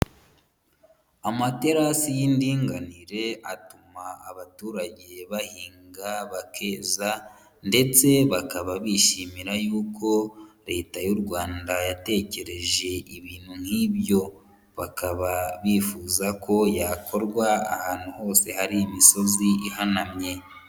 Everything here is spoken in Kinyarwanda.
Amaterasi y'indinganire atuma abaturage bahinga bakeza ndetse bakaba bishimira yuko Leta y'u Rwanda yatekereje ibintu nk'ibyo, bakaba bifuza ko yakorwa ahantu hose hari imisozi ihanamye.